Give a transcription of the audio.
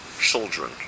children